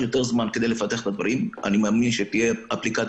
אני מבין את זה --- לא מדויק.